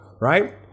right